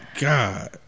God